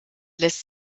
lässt